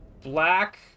black